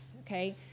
Okay